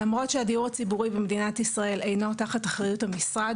ולמרות שהדיור הציבורי במדינת ישראל אינו תחת אחריות המשרד